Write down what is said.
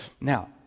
Now